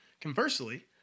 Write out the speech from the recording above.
Conversely